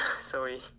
Sorry